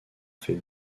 fait